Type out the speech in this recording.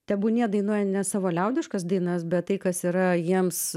tebūnie dainuoja ne savo liaudiškas dainas bet tai kas yra jiems